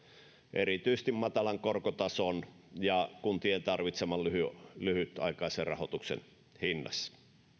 erityisesti matalan korkotason ja kuntien tarvitseman lyhytaikaisen rahoituksen hinnassa